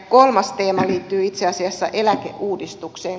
kolmas teema liittyy itse asiassa eläkeuudistukseen